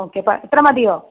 okay അപ്പോൾ ഇത്ര മതിയോ